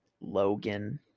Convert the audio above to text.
Logan